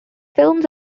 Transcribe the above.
films